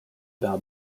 par